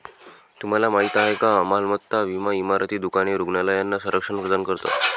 तुम्हाला माहिती आहे का मालमत्ता विमा इमारती, दुकाने, रुग्णालयांना संरक्षण प्रदान करतो